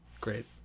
Great